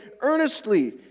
earnestly